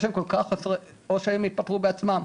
סליחה שאני אומר את זה או שהם התפטרו בעצמם,